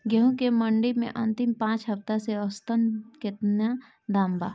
गेंहू के मंडी मे अंतिम पाँच हफ्ता से औसतन केतना दाम बा?